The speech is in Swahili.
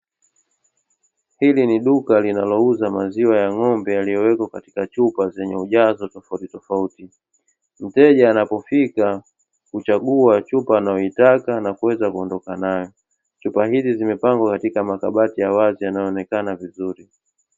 Hili ni duka linalouza maziwa ya ng'ombe yaliyowekwa katika chupa zenye ujazo tofautitofauti, mteja anapofika huchagua chupa anayoitaka na kuweza kuondoka nayo. Chupa hizi zimepangwa katika makabati ya wazi yanayoonekana vizuri.